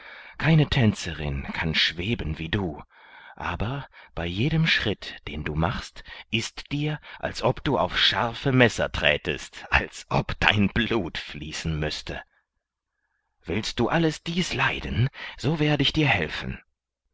keine tänzerin kann schweben wie du aber bei jedem schritt den du machst ist dir als ob du auf scharfe messer trätest als ob dein blut fließen müßte willst du alles dies leiden so werde ich dir helfen